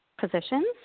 positions